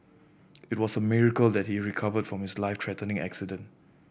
it was a miracle that he recovered from his life threatening accident